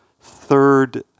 third